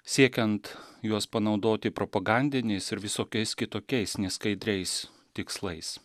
siekiant juos panaudoti propagandiniais ir visokiais kitokiais neskaidriais tikslais